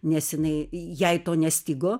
nes jinai jai to nestigo